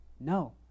No